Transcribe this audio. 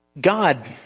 God